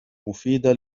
مفيدة